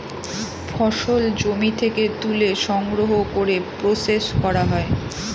ফসল জমি থেকে তুলে সংগ্রহ করে প্রসেস করা হয়